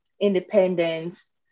independence